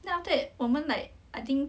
then after that 我们 like I think